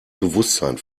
bewusstsein